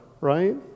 right